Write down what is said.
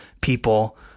people